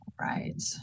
right